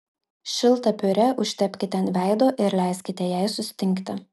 šiltą piurė užtepkite ant veido ir leiskite jai sustingti